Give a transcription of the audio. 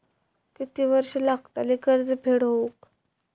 किती वर्षे लागतली कर्ज फेड होऊक?